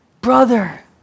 Brother